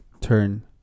Turn